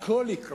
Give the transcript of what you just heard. הכול יקרוס.